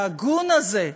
ההגון הזה,